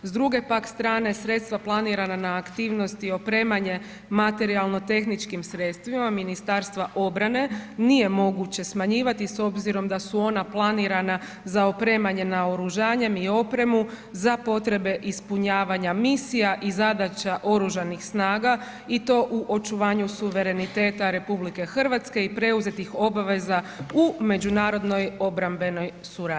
S druge pak strane sredstva planirana na aktivnosti i opremanje materijalno tehničkim sredstvima Ministarstvima obrane nije moguće smanjivati s obzirom da su ona planirana za opremanje naoružanjem i opremu za potrebe ispunjavanja misija i zadaća Oružanih snaga i to u očuvanju suvereniteta RH i preuzetih obaveza u međunarodnoj obrambenoj suradnji.